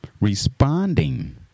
responding